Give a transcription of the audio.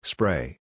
Spray